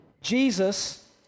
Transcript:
Jesus